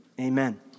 amen